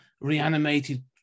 reanimated